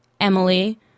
Emily